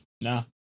no